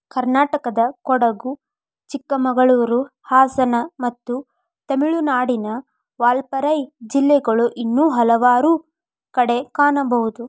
ಕರ್ನಾಟಕದಕೊಡಗು, ಚಿಕ್ಕಮಗಳೂರು, ಹಾಸನ ಮತ್ತು ತಮಿಳುನಾಡಿನ ವಾಲ್ಪಾರೈ ಜಿಲ್ಲೆಗಳು ಇನ್ನೂ ಹಲವಾರು ಕಡೆ ಕಾಣಬಹುದು